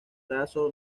raso